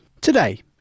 Today